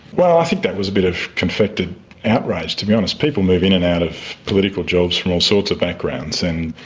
well, i think that was a bit of confected outrage, to be honest. people move in and out of political jobs from all sorts of backgrounds. and,